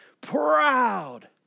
proud